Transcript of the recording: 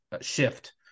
shift